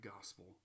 gospel